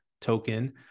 token